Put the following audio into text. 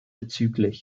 bzgl